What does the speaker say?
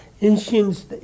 ancient